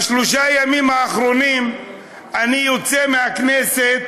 בשלושת הימים האחרונים אני יוצא מהכנסת